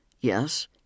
yes